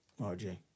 RJ